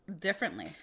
differently